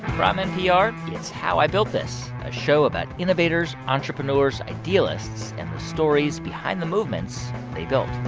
from npr, it's how i built this, a show about innovators, entrepreneurs, idealists and the stories behind the movements they built